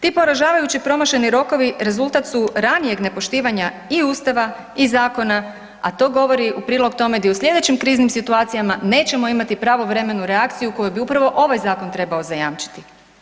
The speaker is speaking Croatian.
Ti poražavajući promašeni rokovi rezultatu su ranijeg nepoštivanja i Ustava i zakona, a to govori u prilog tome da u sljedećim kriznim situacijama nećemo imati pravovremenu reakciju koju bi upravo ovaj Zakon trebao zajamčiti.